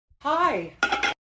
Hi